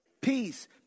Peace